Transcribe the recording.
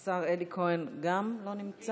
גם השר אלי כהן לא נמצא.